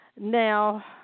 Now